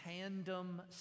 tandem